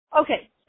Okay